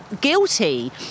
guilty